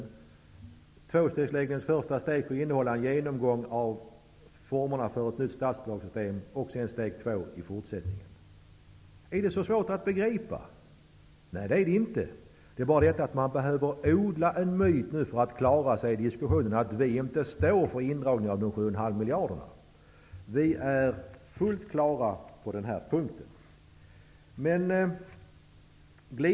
Tvåstegslösningens första steg bör innehålla en genomgång av formerna för ett nytt statsbidragssystem, och sedan går man vidare till steg två, som bör gälla i fortsättningen. Är detta så svårt att begripa? Nej, det är det inte. Men man behöver odla en myt för att klara sig i diskussionen, så att det inte framgår vem som står för indragningen av de 7,5 miljarderna. Vi är fullt klara på den här punkten.